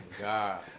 God